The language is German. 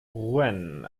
rouen